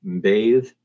bathe